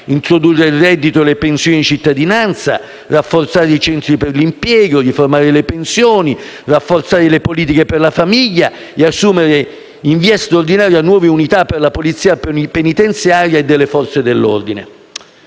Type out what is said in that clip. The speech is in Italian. introdurre il reddito e le pensioni di cittadinanza; rafforzare i centri per l'impiego; riformare le pensioni; rafforzare le politiche per la famiglia e assumere in via straordinaria nuove unità per la polizia penitenziaria e delle Forze dell'ordine.